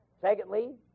Secondly